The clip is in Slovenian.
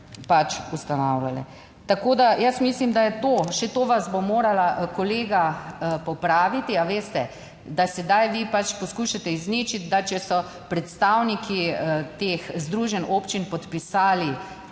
pač ustanavljale. Tako da jaz mislim, da je to, še to vas bom morala, kolega, popraviti, a veste, da sedaj vi pač poskušate izničiti, da če so predstavniki teh združenj občin podpisali